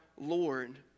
Lord